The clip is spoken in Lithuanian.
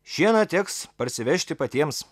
šieną teks parsivežti patiems